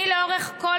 תני לה לסיים.